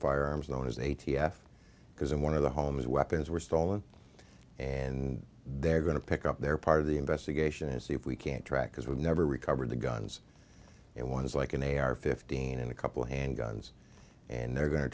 firearms known as the a t f because in one of the homes weapons were stolen and they're going to pick up their part of the investigation and see if we can't track because we've never recovered the guns and one is like an a r fifteen and a couple of handguns and they're going to